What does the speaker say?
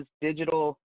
digital